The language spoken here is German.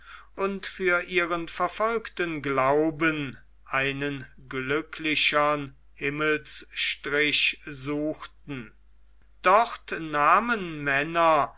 und für ihren verfolgten glauben einen glücklichern himmelsstrich suchten dort nahmen männer